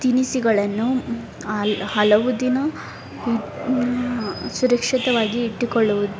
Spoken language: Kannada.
ತಿನಿಸುಗಳನ್ನು ಹಲ್ ಹಲವು ದಿನ ಸುರಕ್ಷಿತವಾಗಿ ಇಟ್ಟುಕೊಳ್ಳುವ